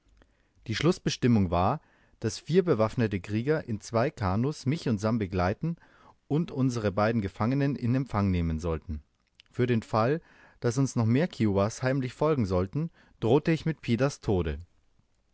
die schlußbestimmung war daß vier bewaffnete krieger in zwei kanoes mich und sam begleiten und unsere beiden gefangenen in empfang nehmen sollten für den fall daß uns noch mehrere kiowas heimlich folgen sollten drohte ich mit pidas tode